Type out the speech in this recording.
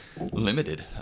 limited